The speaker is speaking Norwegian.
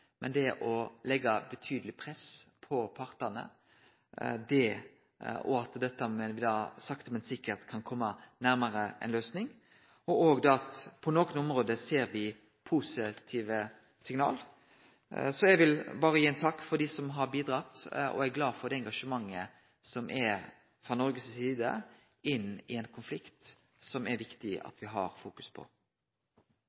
men må leggje betydeleg press på partane, og at ein med dette sakte, men sikkert kan kome nærare ei løysing. På nokre område ser me positive signal. Eg vil berre gi ein takk til dei som har bidratt, og eg er glad for det engasjementet som er frå Noreg si side inn i ein konflikt som det er viktig